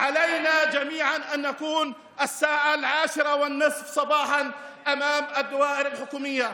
על כולנו להיות בשעה 10:30 מול המשרדים הממשלתיים.